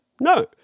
No